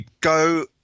go